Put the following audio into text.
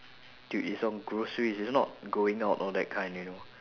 to eat some groceries it's not going out all that kind you know